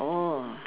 oh